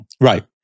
Right